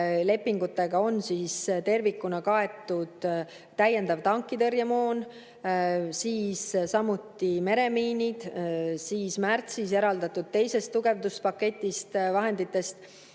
lepingutega on tervikuna kaetud täiendav tankitõrjemoon, samuti meremiinid. Märtsis eraldatud teise tugevduspaketi vahenditest